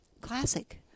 classic